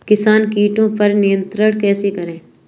किसान कीटो पर नियंत्रण कैसे करें?